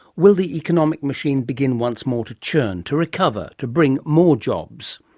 will the economic machine begin once more to churn, to recover, to bring more jobs?